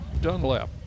Dunlap